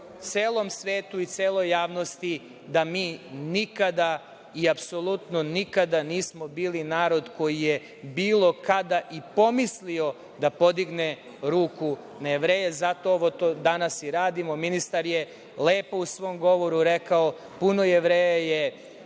celom svetu i celoj javnosti da mi nikada i apsolutno nikada nismo bili narod koji je bilo kada i pomislio da podigne ruku na Jevreje. Zato ovo danas i radimo. Ministar je lepo u svom govoru rekao – puno Jevreja su